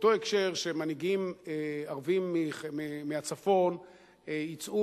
באותו הקשר שמנהיגים ערבים מהצפון יצאו